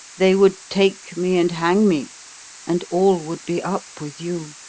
they would take me and hang me and all would be up with you.